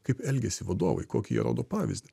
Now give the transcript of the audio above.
kaip elgiasi vadovai kokį jie rodo pavyzdį